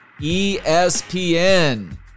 ESPN